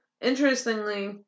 Interestingly